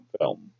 film